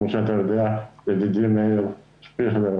כפי שאתה יודע, ידידי מאיר שפיגלר,